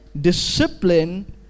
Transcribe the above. discipline